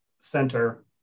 center